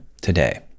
today